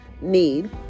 need